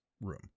room